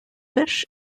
fish